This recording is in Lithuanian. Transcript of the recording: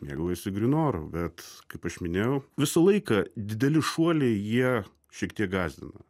mėgaujasi grynu oru bet kaip aš minėjau visą laiką dideli šuoliai jie šiek tiek gąsdina